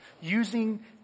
Using